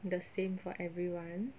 the same for everyone